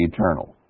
Eternal